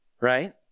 Right